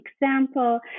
example